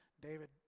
David